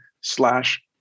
slash